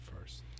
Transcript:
first